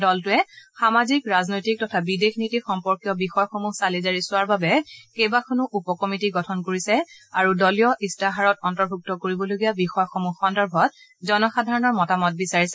দলটোৱে সামাজিক ৰাজনৈতিক তথা বিদেশ নীতি সম্পৰ্কীয় বিষয়সমূহ চালিজাৰি চোৱাৰ বাবে কেইবাখনো উপ কমিটী গঠন কৰিছে আৰু দলীয় ইস্তাহাৰত অন্তৰ্ভুক্ত কৰিবলগীয়া বিষয়সমূহ সন্দৰ্ভত জনসাধাৰণৰ মতামত বিচাৰিছে